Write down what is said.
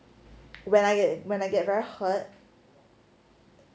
when I when I get very hurt